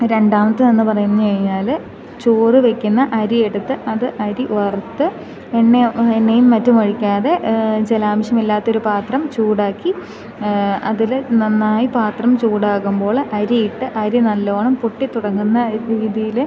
രണ്ടാമത്തേന്ന് പറഞ്ഞു കഴിഞ്ഞാൽ ചോറ് വയ്ക്കുന്ന അരി എടുത്തു അത് അരി വറുത്തു എണ്ണയോ എണ്ണയും മറ്റും ഒഴിക്കാതെ ജലാംശമില്ലാത്ത ഒരു പാത്രം ചൂടാക്കി അതിൽ നന്നായി പാത്രം ചൂടാകുമ്പോൾ അരിയിട്ട് അരി നല്ലോണം പൊട്ടി തുടങ്ങുന്ന രീതിയിൽ